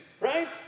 right